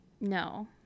no